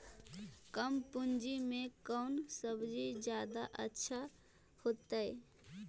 कम पूंजी में कौन सब्ज़ी जादा अच्छा होतई?